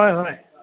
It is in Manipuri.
ꯍꯣꯏ ꯍꯣꯏ